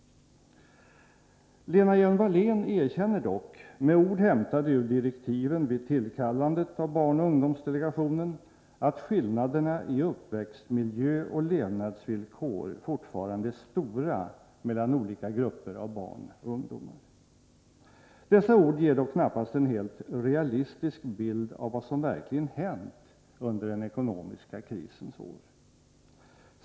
Lena Hjelm-Wallén erkänner dock, med ord hämtade ur direktiven vid tillkallandet av barnoch ungdomsdelegationen, att skillnaderna i uppväxtmiljö och levnadsvillkor fortfarande är stora mellan olika grupper av barn och ungdomar. Dessa ord ger dock knappast en helt realistisk bild av vad som verkligen hänt under den ekonomiska krisens år.